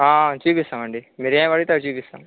చూపిస్తాం అండి మీరు ఏం అడిగితే అది చూపిస్తాం